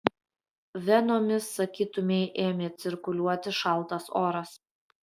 venomis sakytumei ėmė cirkuliuoti šaltas oras